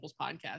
podcast